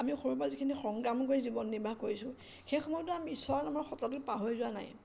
আমি সৰুৰ পৰা যিখিনি সংগ্ৰাম কৰি জীৱন নিৰ্বাহ কৰিছোঁ সেই সময়তো আমি ঈশ্বৰ নামৰ শব্দতো পাহৰি যোৱা নাই